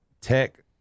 tech